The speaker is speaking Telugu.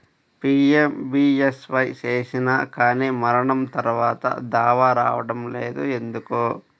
పీ.ఎం.బీ.ఎస్.వై చేసినా కానీ మరణం తర్వాత దావా రావటం లేదు ఎందుకు?